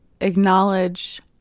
acknowledge